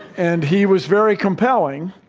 and he was very compelling.